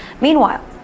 Meanwhile